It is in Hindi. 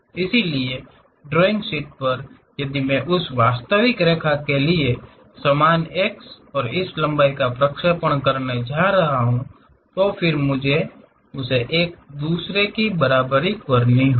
इसलिए ड्राइंग शीट पर यदि मैं उस वास्तविक रेखा के लिए समान x और इस लंबाई का प्रक्षेपण करने जा रहा हूं फिर मुझे उसे एक दूसरे की बराबरी करनी होगी